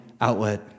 outlet